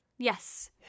Yes